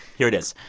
here it is.